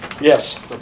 yes